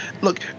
Look